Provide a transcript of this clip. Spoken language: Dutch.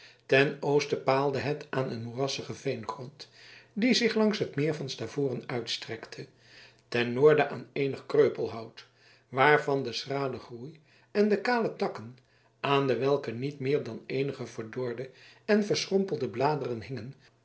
ten oosten paalde het aan een moerassigen veengrond die zich langs het meer van stavoren uitstrekte ten noorden aan eenig kreupelhout waarvan de schrale groei en de kale takken aan dewelke niet meer dan eenige verdorde en verschrompelde bladeren hingen